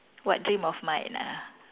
what dream of mine ah